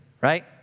right